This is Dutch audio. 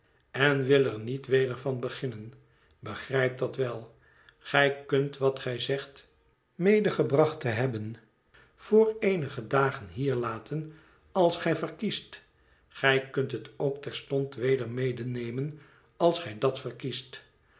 en wil er niet weder van beginnen begrijp dat wel gij kunt wat gi zegt medegebracht te hebben voor eenige dagen hier laten als gij verkiest gij kunt het ook terstond weder medenemen als gij dat verkiest